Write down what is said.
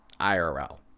IRL